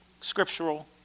scriptural